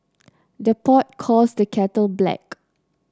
the pot calls the kettle black